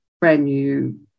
brand-new